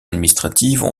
administratives